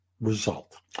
Result